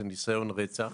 זה ניסיון רצח,